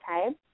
Okay